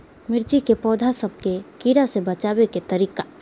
मिर्ची के पौधा सब के कीड़ा से बचाय के तरीका?